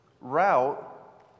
route